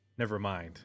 Nevermind